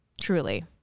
Truly